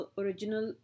original